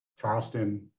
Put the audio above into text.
Charleston